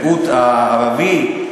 המיעוט הערבי,